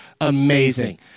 Amazing